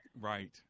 Right